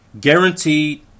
Guaranteed